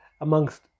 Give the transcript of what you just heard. amongst